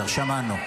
בסדר, שמענו.